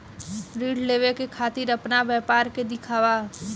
ऋण लेवे के खातिर अपना व्यापार के दिखावा?